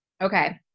Okay